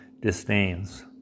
disdains